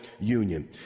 union